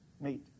meet